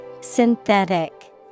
synthetic